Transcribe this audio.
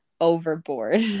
overboard